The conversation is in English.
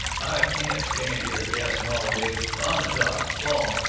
i can't stand here gassing all day! on the job! s' long!